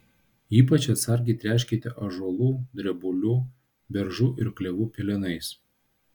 ypač atsargiai tręškite ąžuolų drebulių beržų ir klevų pelenais